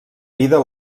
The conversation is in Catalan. vida